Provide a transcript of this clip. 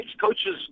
coaches